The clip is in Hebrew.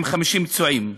עם 50 פצועים,